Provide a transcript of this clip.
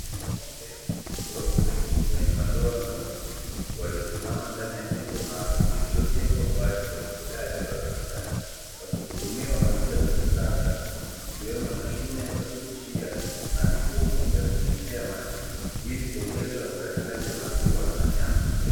Ng'ombe weupe wenye madoa meusi waliosimama ndani ya jengo maalumu lililojengwa kwa ajili ya ufugaji wa viwandani. Wakihudumiwa kwa njia za kisasa, zikiwemo mashine za kulishia na mifumo ya kunyweshea maji ili kuongeza uzalishaji wa maziwa na nyama.